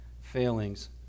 failings